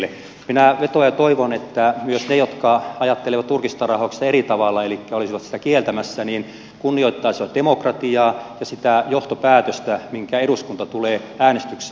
minä vetoan ja toivon että myös ne jotka ajattelevat turkistarhauksesta eri tavalla elikkä olisivat sitä kieltämässä kunnioittaisivat demokratiaa ja sitä johtopäätöstä minkä eduskunta tulee äänestyksessä tekemään